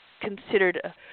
considered